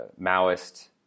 Maoist